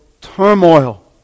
turmoil